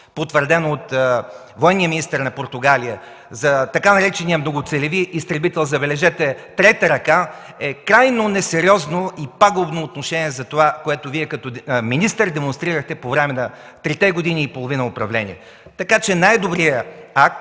потвърдена от военния министър на Португалия, за тъй наречения многоцелеви изтребител, забележете, трета ръка. Това е крайно несериозно и има пагубно отношение за онова, което Вие като министър демонстрирахте по време на трите години и половина управление. Така че най-добрият акт